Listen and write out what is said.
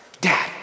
Dad